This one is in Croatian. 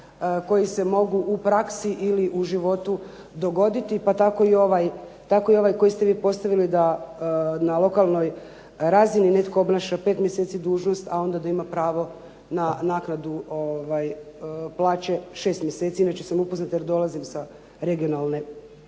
koji se mogu u praksi ili u životu dogoditi pa tako i ovaj koji ste vi postavili da na lokalnoj razini netko obnaša 5 mjeseci dužnost, a onda da ima pravo na naknadu plaće 6 mjeseci. Inače sam upoznata jer dolazim sa regionalne